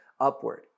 upward